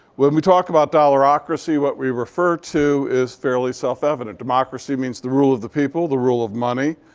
when we talk about dollarocracy, what we refer to is fairly self-evident. democracy means the rule of the people, the rule of money.